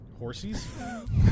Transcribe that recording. Horsies